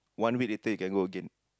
one week later you can go again